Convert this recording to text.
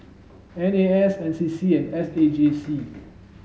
N A S N C C and S A J C